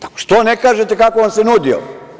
Zašto ne kažete kako vam se nudio?